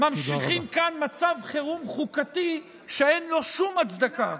ממשיכים כאן מצב חירום חוקתי שאין לו שום הצדקה.